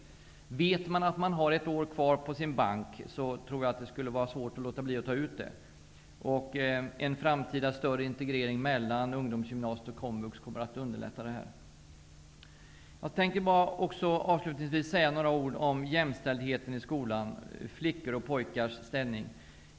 Om man vet att man har ett år kvar på sin bank, tror jag att det blir svårt att låta bli att utnyttja det. En framtida större integrering mellan ungdomsgymnasiet och komvux kommer att underlätta detta. Jag vill också säga några ord om jämställdheten i skolan och om flickor och pojkars ställning.